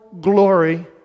glory